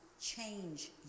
change